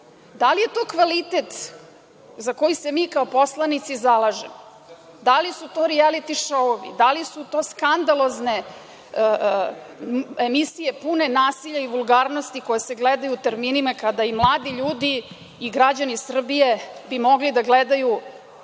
Da li je to kvalitet za koji se mi kao poslanici zalažemo? Da li su to rijaliti šouovi? Da li su to skandalozne emisije pune nasilja i vulgarnosti koje se gledaju u terminima kada i mladi ljudi i građani Srbije bi mogli da gledaju